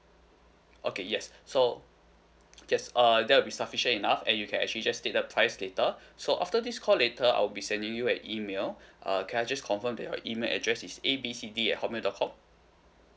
okay yes so there's a there will be sufficient enough and you can actually just state the price later so after this call later I will be sending you an email err can I just confirm that your email address is A B C D at hotmail dot com